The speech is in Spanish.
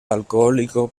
alcohólico